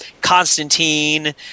Constantine